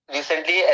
Recently